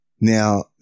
now